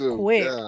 quick